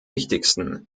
wichtigsten